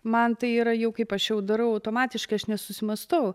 man tai yra jau kaip aš jau darau automatiškai aš nesusimąstau